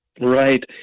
Right